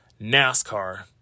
NASCAR